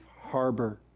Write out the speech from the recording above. harbor